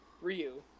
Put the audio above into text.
ryu